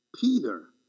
Peter